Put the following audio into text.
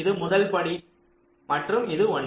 இது முதல் படி மற்றும் இது 1